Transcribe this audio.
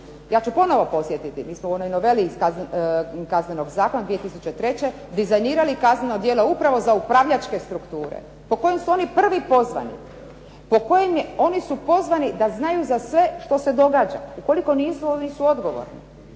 Ja ću ponovno podsjetiti, mi smo u onoj noveli iz Kaznenog zakona 2003. dizajnirali kazneno djelo upravo za upravljačke strukture, po kojem su oni prvi pozvani, po kojem je, oni su pozvani da znaju za sve što se događa. Ukoliko nisu …/Govornik